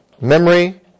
Memory